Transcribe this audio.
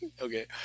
Okay